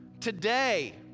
today